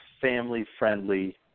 family-friendly